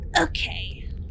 Okay